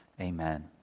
Amen